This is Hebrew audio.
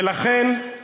ולכן,